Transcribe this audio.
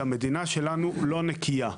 שהמדינה שלנו לא נקייה.